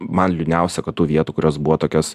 man liūdniausia kad tų vietų kurios buvo tokios